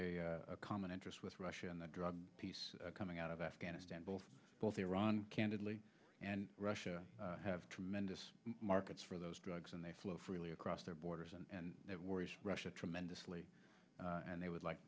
have a common interest with russia and the drug piece coming out of afghanistan both both iran candidly and russia have tremendous markets for those drugs and they flow freely across their borders and it worries russia tremendously and they would like